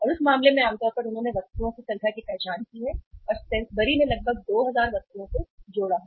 और उस मामले में आम तौर पर उन्होंने वस्तुओं की संख्या की पहचान की है और सेंसबरी ने लगभग 2000 वस्तुओं को जोड़ा है